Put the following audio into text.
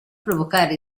provocare